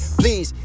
please